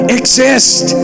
exist